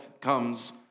comes